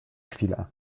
chwilę